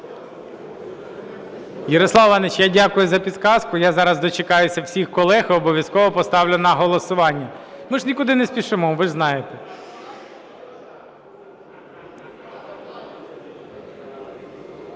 Ярослав Іванович, я дякую за підказку. Я зараз дочекаюся всіх колег і обов'язково поставлю на голосування. Ми ж нікуди не спішимо, ви ж знаєте.